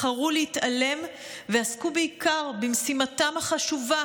בחרו להתעלם ועסקו בעיקר במשימתם החשובה: